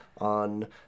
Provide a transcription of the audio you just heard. on